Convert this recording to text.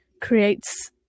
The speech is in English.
creates